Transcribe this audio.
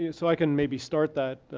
yeah so i can maybe start that,